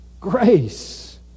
Grace